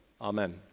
Amen